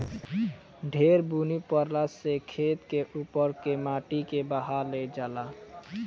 ढेर बुनी परला से खेत के उपर के माटी के बहा ले जाला